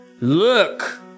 Look